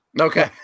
Okay